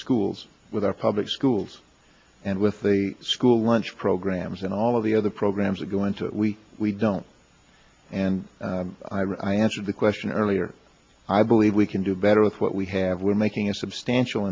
schools with our public schools and with the school lunch programs and all of the other programs that go into we we don't and i answered the question earlier i believe we can do better with what we have we're making a substantial